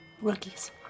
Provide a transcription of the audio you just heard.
rookies